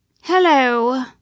Hello